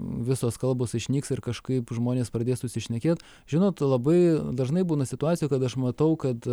visos kalbos išnyks ir kažkaip žmonės pradės susišnekėt žinot labai dažnai būna situacijų kad aš matau kad